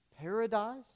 paradise